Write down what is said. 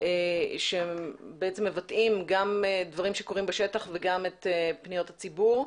שהם מבטאים גם דברים שקורים בשטח וגם את פניות הציבור.